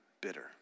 bitter